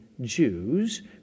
Jews